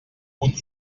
punt